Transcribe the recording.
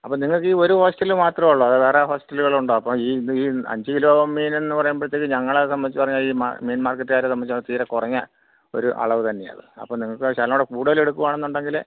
അപ്പം നിങ്ങൾക്ക് ഈ ഒരു ഹോസ്റ്റല് മാത്രം ഉള്ളൂ അതോ വേറെ ഹോസ്റ്റലുകള് ഉണ്ടോ അപ്പം ഈ അഞ്ച് കിലോ മീനെന്ന് പറയുമ്പഴത്തേന് ഞങ്ങളെ സംബന്ധിച്ച് പറഞ്ഞാൽ ഈ മീൻ മാർക്കറ്റ്കാരെ സംബന്ധച്ച് തീരെ കുറഞ്ഞ ഒരു അളവ് തന്നെയാ അത് അപ്പം നിങ്ങൾക്ക് ശകലംകൂടെ കടുതൽ എടുക്കുവാണെന്നുണ്ടെങ്കിൽ